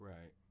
Right